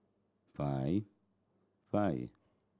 five five